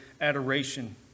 adoration